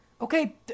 Okay